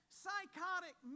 psychotic